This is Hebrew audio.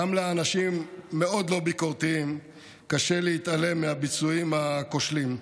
גם לאנשים מאוד לא ביקורתיים קשה להתעלם מהביצועים הכושלים.